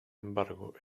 embargo